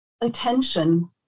attention